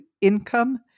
income